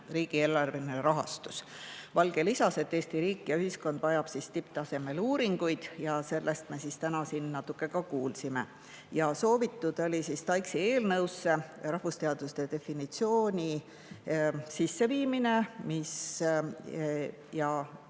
riigieelarveline rahastus. Valge lisas, et Eesti riik ja ühiskond vajab tipptasemel uuringuid, ja sellest me täna siin ka natuke kuulsime. Soovitud oli TAIKS-i eelnõusse rahvusteaduste definitsiooni sisseviimine ja